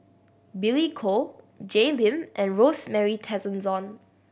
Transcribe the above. Billy Koh Jay Lim and Rosemary Tessensohn